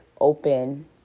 open